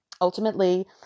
ultimately